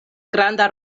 granda